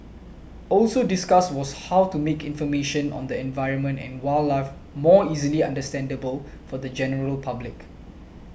also discussed was how to make information on the environment and wildlife more easily understandable for the general public